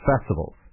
festivals